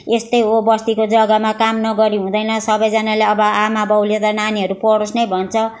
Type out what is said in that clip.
यस्तो हो बस्तीको जगामा काम नगरी हुँदैन सबजनाले अब आमा बाउले त नानीहरू पढोस् नै भन्छ